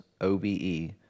OBE